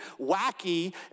wacky